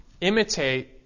Imitate